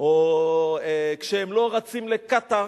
או כשהם לא רצים לקטאר,